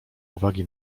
uwagi